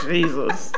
Jesus